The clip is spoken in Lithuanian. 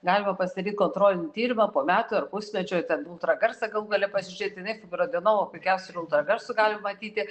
galima pasidaryt kontrolinį tyrimą po metų ar pusmečio ir ten ultragarsą galų gale pasižiūrėt jinai fibroadenomą puikiausiai ir ultragarsu galim matyti